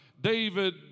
David